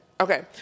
Okay